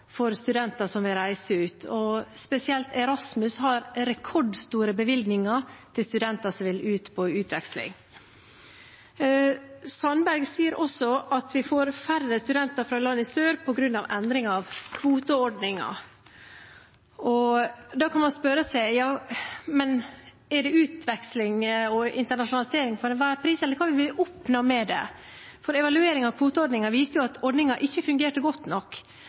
for studenter som vil reise ut, og spesielt Erasmus har rekordstore bevilgninger til studenter som vil ut på utveksling. Sandberg sier også at vi får færre studenter fra land i sør på grunn av endringen av kvoteordningen. Da kan man spørre seg: Er det utveksling og internasjonalisering for enhver pris – eller hva vil vi oppnå med det? Evalueringen av kvoteordningen viste jo at ordningen ikke fungerte godt nok.